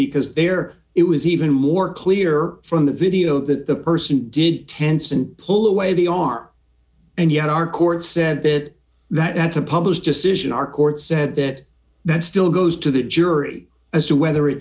because there it was even more clear from the video that the person did tencent pull away they are and yet our court said that that had to publish decision our court said that that still goes to the jury as to whether